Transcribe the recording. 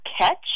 Catch